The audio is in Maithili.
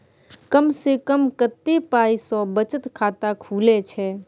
कम से कम कत्ते पाई सं बचत खाता खुले छै?